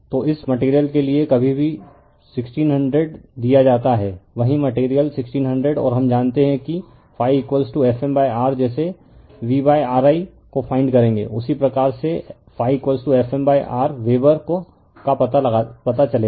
तो इस मटेरियल के लिए कभी भी 1600 दिया जाता है वही मटेरियल 1600 और हम जानते हैं कि ∅F m R जैसे V RI को फाइंड करेंगे उसी प्रकार से ∅F m R वेबर का पता चलेगा